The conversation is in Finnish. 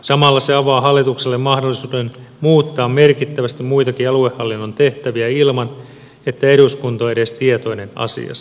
samalla se avaa hallitukselle mahdollisuuden muuttaa merkittävästi muitakin aluehallinnon tehtäviä ilman että eduskunta on edes tietoinen asiasta